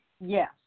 Yes